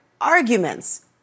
arguments